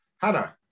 Hannah